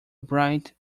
bright